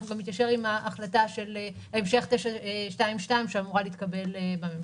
אנחנו גם נתיישר עם ההחלטה של המשך 922 שאמורה להתקבל בממשלה.